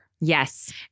Yes